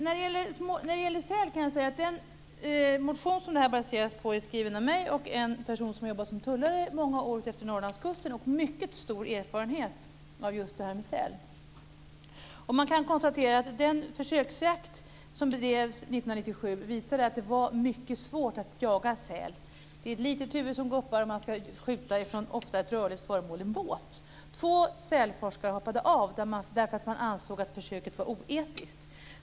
När det gäller säl kan jag säga att den motion som detta baseras på är skriven av mig och en person som har jobbat som tullare i många år utefter Norrlandskusten och har mycket stor erfarenhet av säl. Man kan konstatera att den försöksjakt som bedrevs 1997 visade att det var mycket svårt att jaga säl. Det är ett litet huvud som guppar, och man ska ofta skjuta från ett rörligt föremål - en båt. Två sälforskare hoppade av därför att de ansåg att försöket var oetiskt.